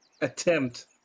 attempt